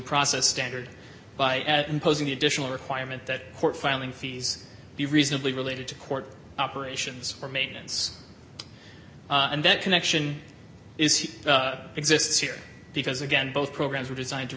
process standard by imposing the additional requirement that court filing fees be reasonably related to court operations or maintenance and that connection is he exists here because again both programs were designed to